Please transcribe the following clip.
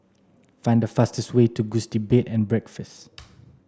find the fastest way to Gusti Bed and Breakfast